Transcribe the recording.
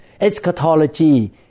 Eschatology